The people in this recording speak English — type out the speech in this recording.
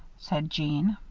said jeanne.